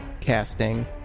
casting